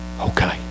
Okay